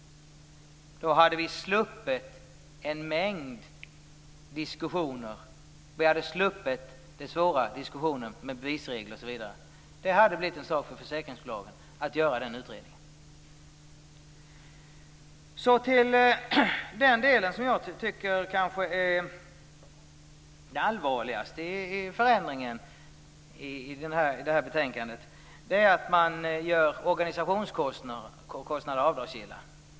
Då hade vi sluppit en mängd diskussioner, och vi hade sluppit den svåra diskussionen om bevisregler. Det hade blivit en sak för försäkringsbolagen att göra den utredningen. Så till den förändring som jag kanske tycker är den allvarligaste i det här betänkandet. Det är att man gör organisationskostnader avdragsgilla.